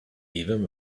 even